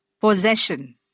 Possession